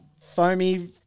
foamy